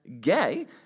gay